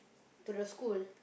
to the school